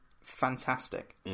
fantastic